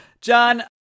John